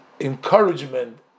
encouragement